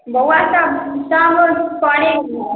बौआ तऽ काम आर पड़े हुए